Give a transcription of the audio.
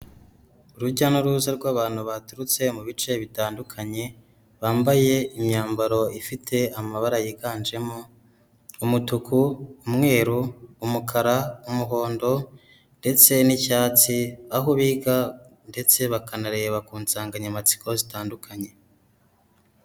Urujya n'uruza rw'abantu baturutse mu bice bitandukanye bambaye imyambaro ifite amabara yiganjemo umutuku, umweru, umukara, umuhondo ndetse n'icyatsi, aho biga ndetse bakanareba ku nsanganya matsiko zitandukanye.